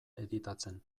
editatzen